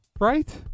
right